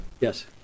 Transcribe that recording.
Yes